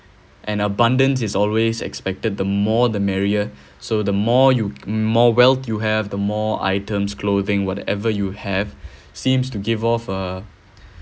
and abundance is always expected the more the merrier so the more you more wealth you have the more items clothing whatever you have seems to give off a